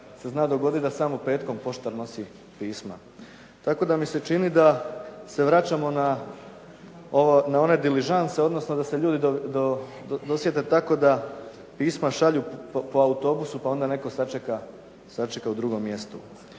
se zna dogoditi da samo petkom poštar nosi pisma. Tako da mi se čini da se vraćamo na one diližanse odnosno da se ljudi dosjete tako da pismo šalju po autobusu, pa onda netko sačeka u drugom mjestu.